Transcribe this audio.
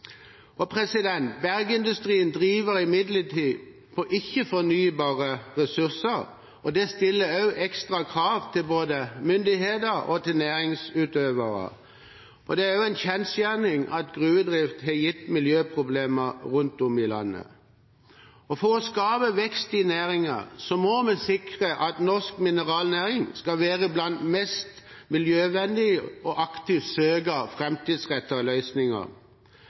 Bergindustrien driver imidlertid på ikke-fornybare ressurser, og dette stiller ekstra krav til både myndighetene og næringsutøverne. Det er også en kjensgjerning at gruvedrift har gitt miljøproblemer rundt om i landet. For å skape vekst i næringen må vi sikre at norsk mineralnæring skal være blant verdens mest miljøvennlige og aktivt søke framtidsrettede løsninger.